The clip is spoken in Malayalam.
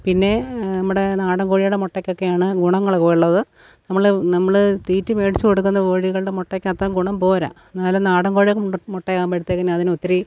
പിന്നെ നമ്മുടെ നാടൻ കോഴിയുടെ മുട്ടയ്ക്കൊക്കെയാണ് ഗുണങ്ങള് ഉള്ളത് നമ്മള് നമ്മള് തീറ്റി മേടിച്ചു കൊടുക്കുന്ന കോഴികളുടെ മുട്ടക്കത്രയും ഗുണം പോരാ എന്നാലും നാടൻ കോഴിയുടെ മുട്ട ആവുമ്പോഴത്തേക്കിനും അതിനൊത്തിരി